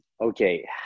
Okay